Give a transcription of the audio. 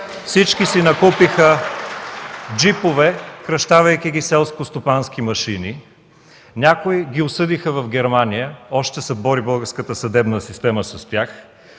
Всички си накупиха джипове, кръщавайки ги селскостопански машини, някои ги осъдиха в Германия – българската съдебна система още